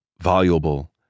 voluble